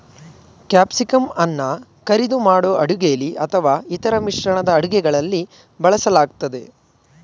ಕ್ಯಾಪ್ಸಿಕಂಅನ್ನ ಕರಿದು ಮಾಡೋ ಅಡುಗೆಲಿ ಅಥವಾ ಇತರ ಮಿಶ್ರಣದ ಅಡುಗೆಗಳಲ್ಲಿ ಬಳಸಲಾಗ್ತದೆ